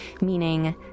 meaning